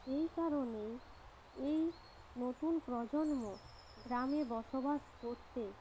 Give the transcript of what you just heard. এই কারণেই এই নতুন প্রজন্ম গ্রামে বসবাস করতে